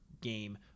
game